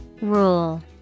Rule